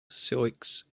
sioux